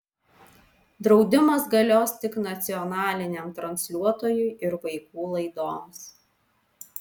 draudimas galios tik nacionaliniam transliuotojui ir vaikų laidoms